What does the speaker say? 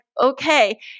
okay